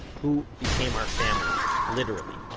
who became our families, literally,